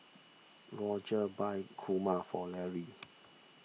Rodger bought Kurma for Larry